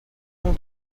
non